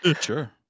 sure